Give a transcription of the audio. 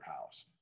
house